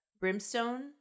brimstone